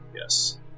Yes